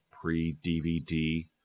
pre-DVD